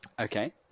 Okay